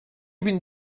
bin